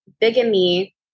bigamy